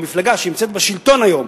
המפלגה שנמצאת בשלטון היום,